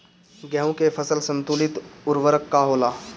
गेहूं के फसल संतुलित उर्वरक का होला?